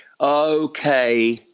Okay